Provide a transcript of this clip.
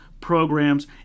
programs